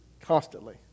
constantly